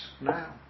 now